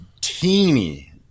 teeny